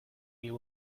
you